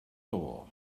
door